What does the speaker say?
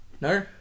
No